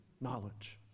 knowledge